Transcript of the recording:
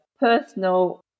Personal